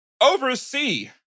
oversee